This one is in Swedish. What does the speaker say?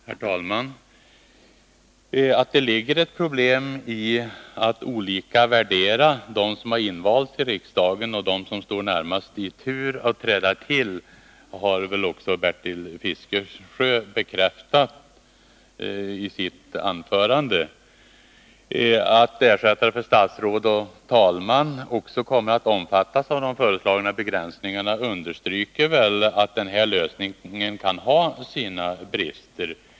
Herr talman! Att det ligger ett problem i att olika värdera dem som invalts till riksdagen och dem som står närmast i tur att träda till har också Bertil Fiskesjö bekräftat i sitt anförande. Att ersättare för statsråd och talman också kommer att omfattas av de föreslagna begränsningarna understryker att denna lösning kan ha sina brister.